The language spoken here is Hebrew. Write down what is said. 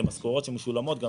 אלה משכורות שמשולמות.